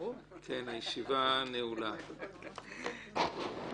הישיבה ננעלה בשעה 10:25.